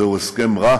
זהו הסכם רע